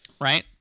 Right